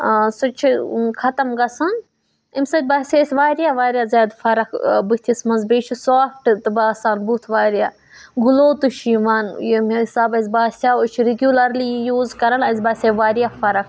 سُہ تہِ چھِ ختم گژھان اَمہِ سۭتۍ باسے اَسہِ واریاہ واریاہ زیادٕ فَرَق بٕتھِس منٛز بیٚیہِ چھِ سافٹ تہٕ باسان بُتھ واریاہ گٕلو تہِ چھِ یِوان ییٚمہِ حِساب اَسہِ باسیو أسۍ چھِ رِگیوٗلَرلی یہِ یوٗز کَران اَسہِ باسے واریاہ فَرَق